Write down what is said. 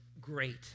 great